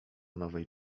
nowej